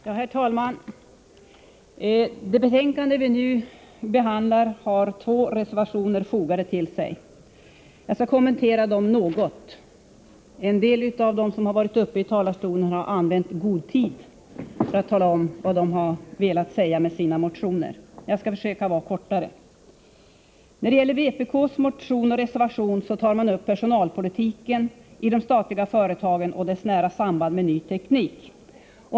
Herr talman! Till det betänkande som vi nu behandlar har det fogats två reservationer. Jag skall något kommentera dem. En del av de ledamöter som har varit uppe i talarstolen har tagit god tid på sig för att tala om vad de har velat säga med sina motioner. Jag skall försöka fatta mig kortare. Vpk tar i sin motion och sin reservation upp personalpolitiken i de statliga företagen och dess nära samband med ny teknik.